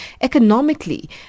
economically